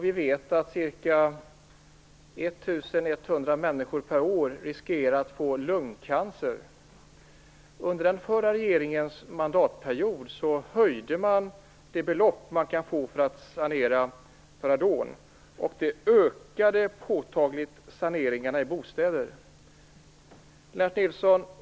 Vi vet att ca 1 100 människor per år riskerar att få lungcancer. Under den förra regeringens mandatperiod höjdes det belopp man kan få för att sanera radon. Detta ökade påtagligt saneringarna i bostäder. Lennart Nilsson!